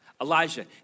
Elijah